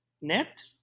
net